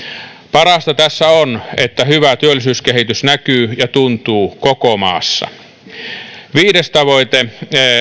parasta tässä on että hyvä työllisyyskehitys näkyy ja tuntuu koko maassa viisi tavoite